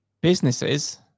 businesses